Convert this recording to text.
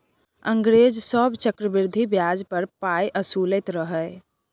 अंग्रेज सभ चक्रवृद्धि ब्याज पर पाय असुलैत रहय